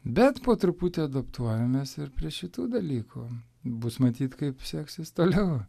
bet po truputį adaptuojamės ir prie šitų dalykų bus matyt kaip seksis toliau